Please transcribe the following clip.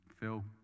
Phil